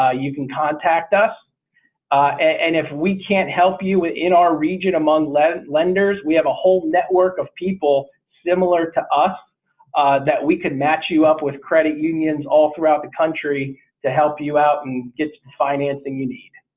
ah you can contact us and if we can't help you in our region among lenders lenders we have a whole network of people similar to us that we can match you up with credit unions all throughout the country to help you out and get financing you need.